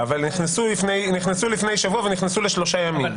אבל נכנסו לפני שבוע ולשלושה ימים.